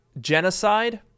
genocide